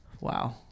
Wow